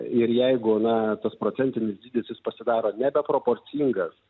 ir jeigu na tas procentinis dydis jis pasidaro nebeproporcingas